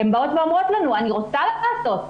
הן אומרות לנו: אני רוצה לעשות,